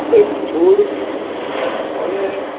આપણે છોડ અને પુષ્પ